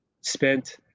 spent